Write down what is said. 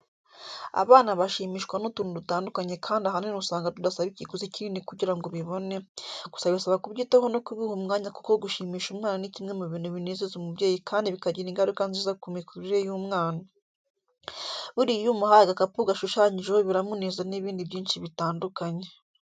Abana bashimishwa n'utuntu dutandukanye kandi ahanini usanga tudasaba ikiguzi kinini kugira ngo ubibone, gusa bisaba kubyitaho no kubiha umwanya kuko gushimisha umwana ni kimwe mu bintu binezeza umubyeyi kandi bikagira ingaruka nziza ku mikurire y'umwana. Buriya iyo umuhaye agakapu gashushanyijeho biramunezeza n'ibindi byinshi bitandukanye.